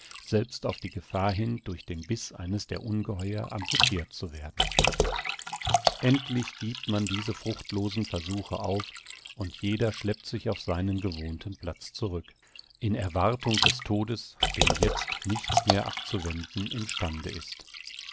selbst auf die gefahr hin durch den biß eines der ungeheuer amputirt zu werden endlich giebt man diese fruchtlosen versuche auf und jeder schleppt sich auf seinen gewohnten platz zurück in erwartung des todes den jetzt nichts mehr abzuwenden im stande ist